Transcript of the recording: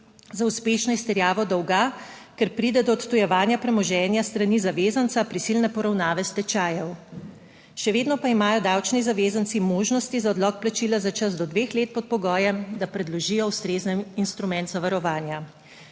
za uspešno izterjavo dolga, ker pride do odtujevanja premoženja s strani zavezanca prisilne poravnave, stečajev. Še vedno pa imajo davčni zavezanci možnosti za odlog plačila za čas do dveh let pod pogojem, da predložijo ustrezen instrument zavarovanja.